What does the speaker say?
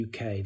uk